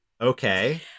Okay